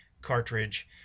cartridge